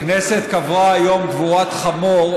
הכנסת קברה היום קבורת חמור,